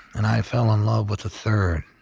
and i fell in love with the third,